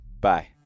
Bye